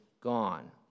gone